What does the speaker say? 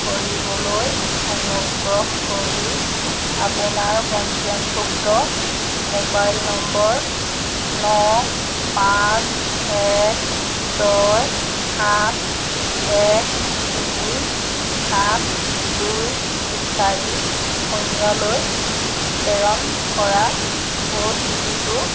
কৰিবলৈ অনুগ্ৰহ কৰি আপোনাৰ পঞ্জীয়নভুক্ত মোবাইল নম্বৰ ন পাঁচ এক ছয় সাত এক তিনি সাত দুই চাৰি শূন্যলৈ প্ৰেৰণ কৰা অ' টি পি টো